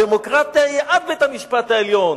הדמוקרטיה היא עד בית-המשפט העליון.